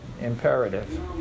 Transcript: imperative